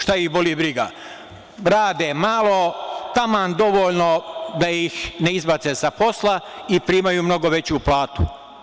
Šta ih boli briga, rade malo, taman dovoljno da ih ne izbace sa posla i primaju mnogo veću platu.